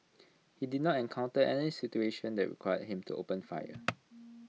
he did not encounter any situation that required him to open fire